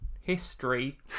history